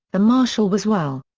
the marshal was well.